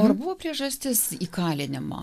o ar buvo priežastis įkalinimo